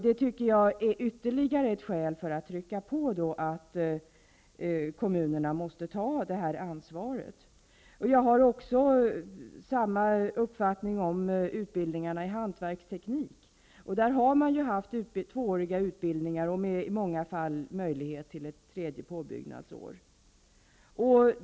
Det är ytterligare ett skäl för att få kommunerna att ta detta ansvar. Jag har också samma uppfattning om utbildningarna i hantverksteknik. Där har man haft tvååriga utbildningar och i många fall möjlighet till ett tredje påbyggnadsår.